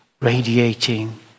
radiating